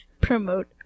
Promote